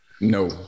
No